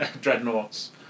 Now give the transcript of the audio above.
Dreadnoughts